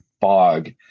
fog